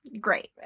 great